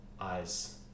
Eyes